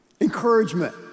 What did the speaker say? Encouragement